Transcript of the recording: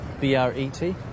B-R-E-T